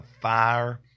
fire